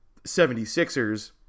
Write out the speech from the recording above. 76ers